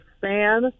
fan